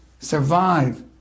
survive